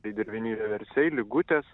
tai dirviniai vieversiai lygutės